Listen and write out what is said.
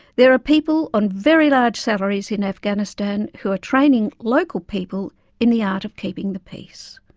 there are people on very large salaries in afghanistan who are training local people in the art of keeping the peace.